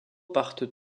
partent